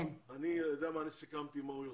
אני יודע מה אני סיכמתי עם מור יוסף.